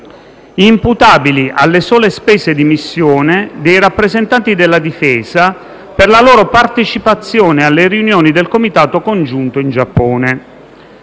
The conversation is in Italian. imputabili alle sole spese di missione dei rappresentanti della Difesa per la loro partecipazione alle riunioni del Comitato congiunto in Giappone.